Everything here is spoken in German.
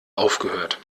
aufgehört